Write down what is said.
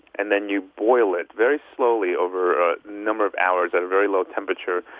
and then you boil it very slowly over a number of hours at a very low temperature.